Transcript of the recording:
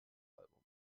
album